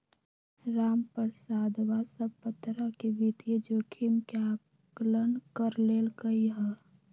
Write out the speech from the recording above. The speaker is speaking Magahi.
रामप्रसादवा सब प्तरह के वित्तीय जोखिम के आंकलन कर लेल कई है